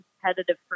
competitive